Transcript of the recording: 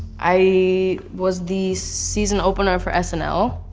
i was the season opener for snl.